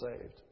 saved